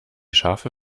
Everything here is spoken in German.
schafe